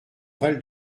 val